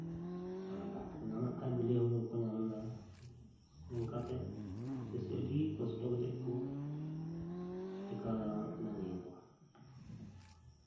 ᱫᱟᱜ ᱠᱚ ᱧᱟᱢᱮᱫ ᱠᱷᱟᱱ ᱵᱮᱹᱞᱮᱹ ᱦᱳᱲᱳ ᱵᱟᱠᱚ ᱧᱟᱢ ᱮᱫᱟ ᱚᱱᱠᱟᱛᱮ ᱪᱟᱹᱥᱤ ᱟᱹᱰᱤ ᱠᱚᱥᱴᱚ ᱠᱟᱛᱮᱫ ᱠᱚ ᱴᱮᱠᱟᱣ ᱫᱟᱨᱟᱢᱮᱫ ᱠᱟᱱᱟ ᱱᱤᱭᱟᱹ ᱫᱚ